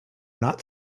not